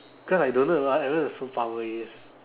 cause I don't know I don't know what the superpower is